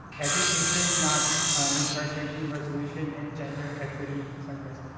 education not incarceration resolution, and gender equity centers.